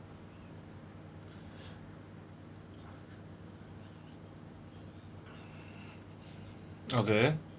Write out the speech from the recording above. okay